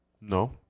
No